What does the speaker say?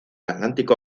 atlántico